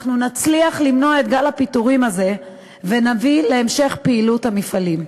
אנחנו נצליח למנוע את גל הפיטורים הזה ונביא להמשך פעילות המפעלים.